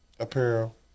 Apparel